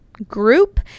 group